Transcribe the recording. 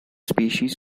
species